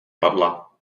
padla